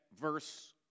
verse